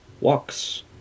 walks